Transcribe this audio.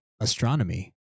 astronomy